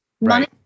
Money